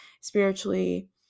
spiritually